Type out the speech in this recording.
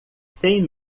sem